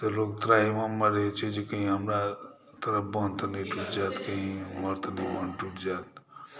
तऽ लोक त्राहि माममे रहै छै जे कहीं हमरा तरफ़ बान्ध तऽ नहि टुटि जायत कहीं हमर तऽ नहि बान्ध टुटि जायत